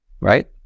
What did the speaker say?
Right